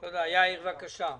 יאיר פינס,